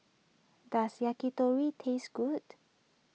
does Yakitori taste good